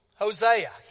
Hosea